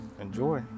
enjoy